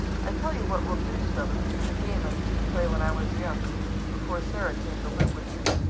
i tell you what we'll do, stubbins it's a game i used to play when i was young before sarah came to live with me.